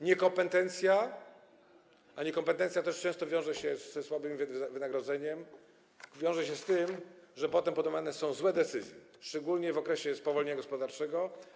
Niekompetencja, a niekompetencja też często wiąże się ze słabym wynagrodzeniem, wiąże się z tym, że podejmowane są złe decyzje, szczególnie w okresie spowolnienia gospodarczego.